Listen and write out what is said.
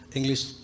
English